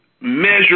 measure